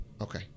Okay